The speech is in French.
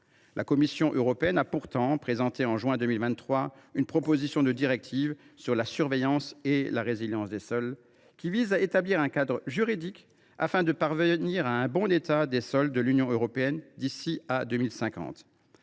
La Commission européenne a pourtant présenté en juillet 2023 une proposition de directive sur la surveillance et la résilience des sols, qui vise à établir un cadre juridique afin de parvenir à un bon état des sols de l’Union européenne d’ici à 2050.